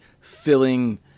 filling